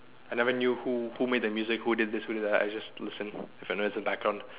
I never knew who who make the music who did this who did that I just listen when there's the background